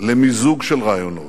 למיזוג של רעיונות,